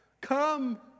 Come